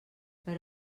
per